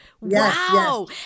Wow